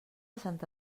santa